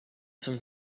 some